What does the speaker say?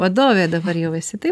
vadovė dabar jau esi tai